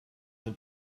del